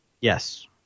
Yes